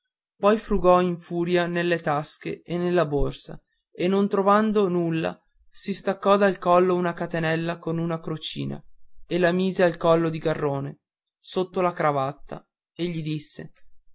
poi frugò in furia nelle tasche e nella borsa e non trovando nulla si staccò dal collo una catenella con una crocina e la mise al collo di garrone sotto la cravatta e gli disse